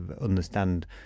understand